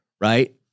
right